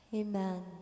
Amen